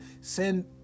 send